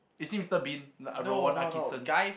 is it Mister-Bean Rowan-Atkinson